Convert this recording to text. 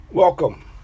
Welcome